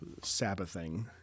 Sabbathing